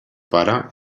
pare